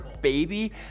Baby